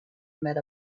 met